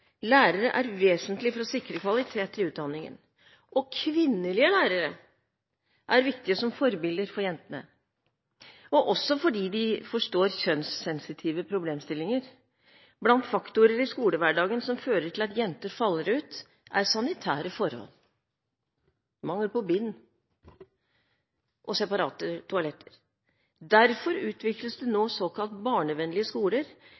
Lærere er vesentlig for å sikre kvalitet i utdanningen, og kvinnelige lærere er viktige som forbilder for jentene, også fordi de forstår kjønnssensitive problemstillinger. Blant faktorer i skolehverdagen som fører til at jenter faller ut, er sanitære forhold, mangel på bind og separate toaletter. Derfor utvikles det nå såkalte barnevennlige skoler,